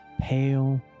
pale